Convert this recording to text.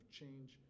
change